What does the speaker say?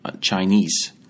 Chinese